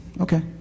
okay